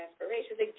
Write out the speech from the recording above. aspirations